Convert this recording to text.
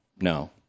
No